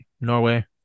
Norway